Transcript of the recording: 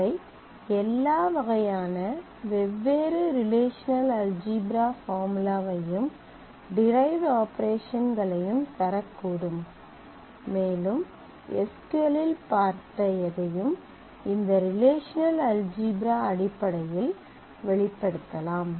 அவை எல்லா வகையான வெவ்வேறு ரிலேஷனல் அல்ஜீப்ரா பார்முலாவையும் டிரைவ்ட் ஆபரேஷன்களையும் தரக்கூடும் மேலும் எஸ் க்யூ எல் இல் பார்த்த எதையும் இந்த ரிலேஷனல் அல்ஜீப்ரா அடிப்படையில் வெளிப்படுத்தலாம்